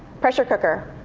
pressure cooker.